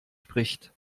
spricht